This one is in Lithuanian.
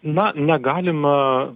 na negalima